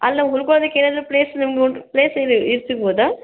ಅಲ್ಲಿ ನಾವು ಉಳ್ಕೊಳೋದಕ್ಕೆ ಏನಾದರೂ ಪ್ಲೇಸ್ ನಿಮ್ಗೆ ಪ್ಲೇಸ್ ಏನು ಇದು ಸಿಗ್ಬೋದಾ